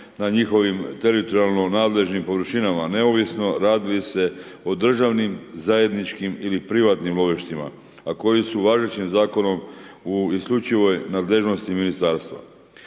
na njihovim teritorijalno nadležnim površinama neovisno radi li se o državnim, zajedničkim ili privatnim lovištima a koji su važećim zakonom u isključivoj nadležnosti ministarstva.